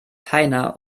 heiner